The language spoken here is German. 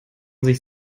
sich